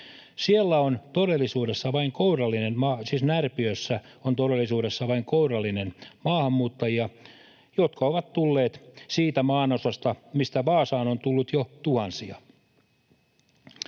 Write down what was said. Närpiössä on todellisuudessa vain kourallinen maahanmuuttajia, jotka ovat tulleet siitä maanosasta, mistä Vaasaan on tullut jo tuhansia.